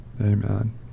Amen